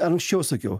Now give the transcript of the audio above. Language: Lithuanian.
anksčiau sakiau